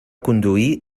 conduir